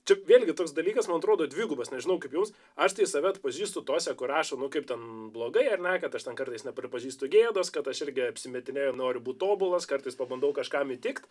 čia vėlgi toks dalykas man atrodo dvigubas nežinau kaip jums aš taip save atpažįstu tose kur rašo nu kaip ten blogai ar ne kad aš ten kartais nepripažįstu gėdos kad aš irgi apsimetinėju noriu būt tobulas kartais pabandau kažkam įtikt